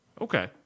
Okay